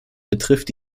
betrifft